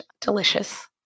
Delicious